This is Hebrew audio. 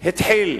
התחיל.